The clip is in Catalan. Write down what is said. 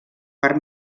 per